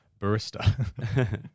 barista